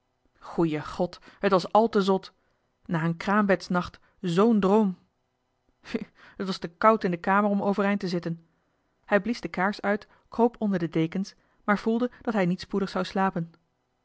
goeie god het was àl te zot na een kraambedsnacht z n droom hu het was te koud in de kamer om overeind te zitten hij blies de kaars uit kroop onder de dekens maar voelde dat hij niet spoedig zou slapen